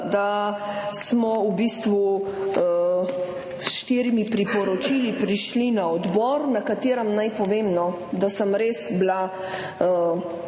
da smo v bistvu s štirimi priporočili prišli na odbor, na katerem naj povem, no, da sem res bila